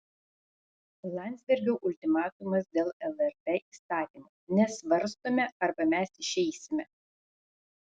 landsbergio ultimatumas dėl lrt įstatymo nesvarstome arba mes išeisime